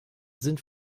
sind